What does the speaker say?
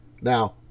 Now